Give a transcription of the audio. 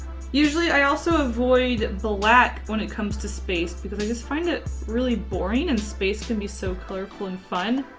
usually i also avoid black when it comes to space because i just find it really boring and space can be so colorful and fun.